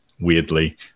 weirdly